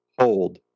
hold